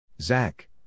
Zach